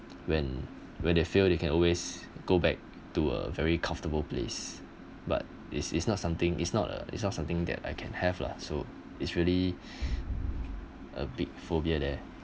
when when they fail they can always go back to a very comfortable place but it's it's not something is not a it's not something that I can have lah so it's really a bit phobia there